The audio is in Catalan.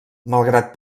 malgrat